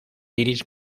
iris